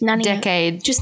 decade